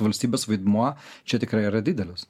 valstybės vaidmuo čia tikrai yra didelis